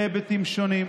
בהיבטים שונים: